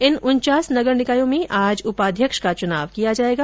इन नगर निकायों में आज उपाध्यक्ष का चुनाव किया जाएगा